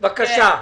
בבקשה.